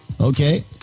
okay